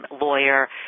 lawyer